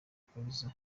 kaliza